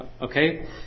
Okay